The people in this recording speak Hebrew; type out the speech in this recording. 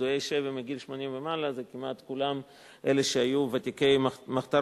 פדויי שבי מגיל 80 ומעלה הם כמעט כולם ותיקי מחתרות.